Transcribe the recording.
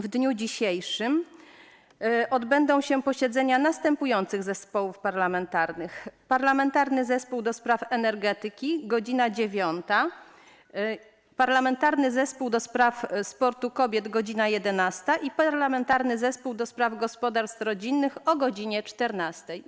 W dniu dzisiejszym odbędą się posiedzenia następujących zespołów parlamentarnych: - Parlamentarnego Zespołu ds. Energetyki - o godz. 9, - Parlamentarnego Zespołu ds. Sportu Kobiet - o godz. 11, - Parlamentarnego Zespołu ds. Rozwoju Gospodarstw Rodzinnych - o godz. 14.